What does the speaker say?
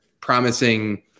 promising